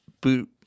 boot